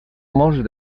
molts